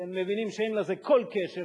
שאין לזה כל קשר,